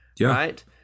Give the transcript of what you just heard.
right